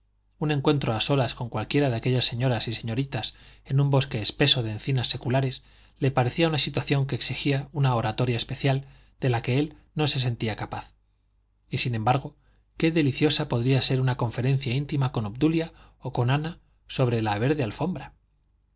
un encuentro a solas con cualquiera de aquellas señoras y señoritas en un bosque espeso de encinas seculares le parecía una situación que exigía una oratoria especial de la que él no se sentía capaz y sin embargo qué deliciosa podría ser una conferencia íntima con obdulia o con ana sobre la verde alfombra